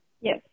Yes